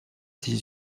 dix